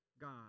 God